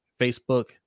Facebook